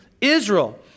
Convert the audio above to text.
Israel